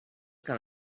que